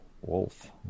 Wolf